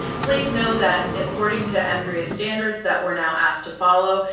please know that according to emdria standards that we're now asked to follow,